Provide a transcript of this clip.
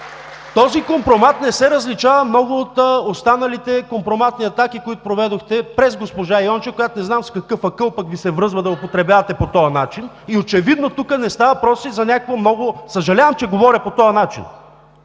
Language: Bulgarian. Този компромат не се различава много от останалите компроматни атаки, които проведохте чрез госпожа Йончева, която не знам с какъв акъл пък Ви се връзва да я употребявате по този начин. Очевидно тук не става въпрос и за някакво много… – съжалявам, че говоря по този начин!